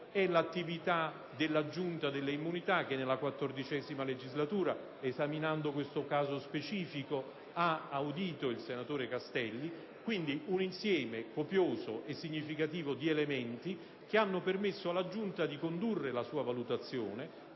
e l'attività della Giunta delle immunità che, nella XIV legislatura, esaminando questo caso specifico, ha audito il senatore Castelli. Abbiamo, quindi, un insieme copioso e significativo di elementi che hanno permesso alla Giunta di condurre la sua valutazione,